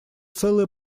целое